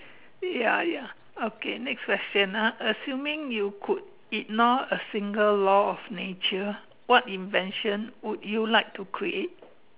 ya ya okay next question ah assuming you could ignore a single law of nature what invention would you like to create